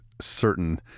certain